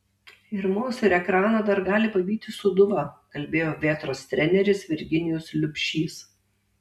ir mus ir ekraną dar gali pavyti sūduva kalbėjo vėtros treneris virginijus liubšys